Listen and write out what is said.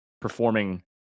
performing